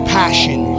passion